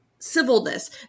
civilness